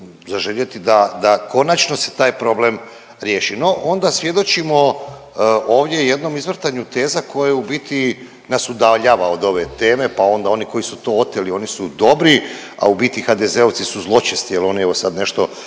zaželjeli da konačno se taj problem riješi. No, onda svjedočimo ovdje jednom izvrtanju teza koje nas u biti udaljava od ove teme, pa onda oni koji su to oteli oni su dobri, a u biti HDZ-ovci su zločesti jer oni evo sad nešto